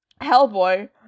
Hellboy